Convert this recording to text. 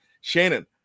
Shannon